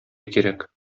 кирәк